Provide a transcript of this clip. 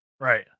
Right